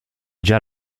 già